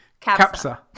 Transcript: Capsa